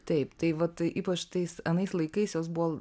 taip tai va tai ypač tais anais laikais jos buvo